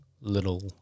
little